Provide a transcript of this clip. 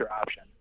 option